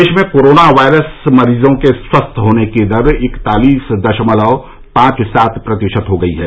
देश में corona virus मरीजों के स्वस्थ होने की दर इकतालीस दशमलव पांच सात प्रतिशत हो गई है